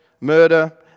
murder